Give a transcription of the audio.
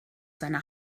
seiner